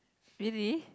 really